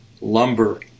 lumber